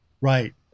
right